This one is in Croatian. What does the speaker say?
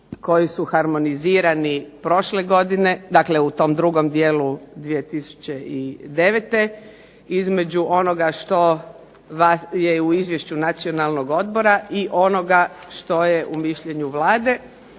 godine, dakle u tom drugom dijelu 2009. između onoga što je u Izvješću Nacionalnog odbora i onoga što je u mišljenju Vlade.